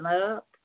up